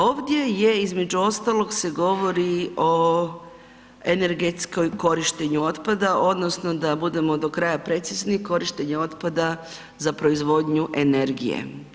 Ovdje se između ostalog govori o energetskom korištenju otpada odnosno da budemo do kraja precizni, korištenje otpada za proizvodnju energije.